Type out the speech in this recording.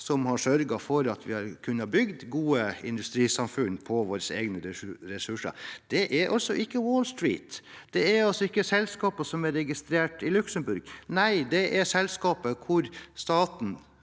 som har sørget for at vi har kunnet bygge gode industrisamfunn på våre egne ressurser. Det er ikke Wall Street, det er ikke selskaper som er registrert i Luxembourg, nei, det er selskaper hvor staten,